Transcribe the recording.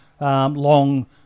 long